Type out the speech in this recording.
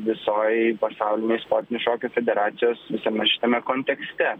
visoj pasaulinės sportinių šokių federacijos visame šitame kontekste